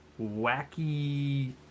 wacky